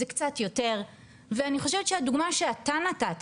זה קצת יותר ואני חושבת שהדוגמא שאתה נתת